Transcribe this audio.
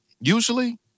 Usually